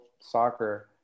soccer